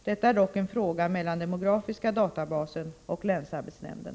Detta är dock en fråga mellan demografiska databasen och länsarbetsnämnden.